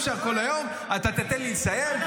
אתה תיתן לי לסיים.